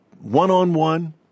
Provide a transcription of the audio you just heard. one-on-one